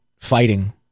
fighting